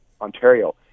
Ontario